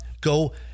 go